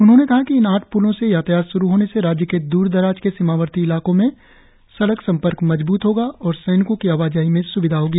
उन्होंने कहा कि इन आठ प्लों से यातायात श्रु होने से राज्य के द्र दराज के सीमावर्ती इलाकों में सड़क संपर्क मजबूत होगा और सैनिकों की आवाजाही में स्विधा होगी